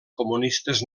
comunistes